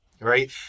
Right